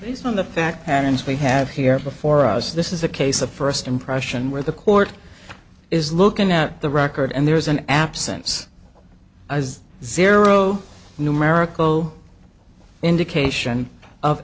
based on the facts and ins we have here before us this is a case of first impression where the court is looking at the record and there is an absence as zero numerical indication of